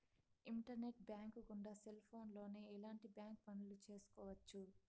internet bank గుండా cell ఫోన్లోనే ఎలాంటి బ్యాంక్ పనులు చేసుకోవచ్చు